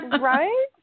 Right